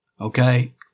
Okay